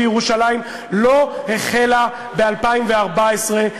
בירושלים לא החלה ב-2014,